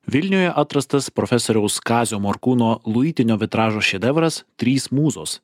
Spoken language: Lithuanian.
vilniuje atrastas profesoriaus kazio morkūno luitinio vitražo šedevras trys mūzos